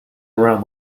around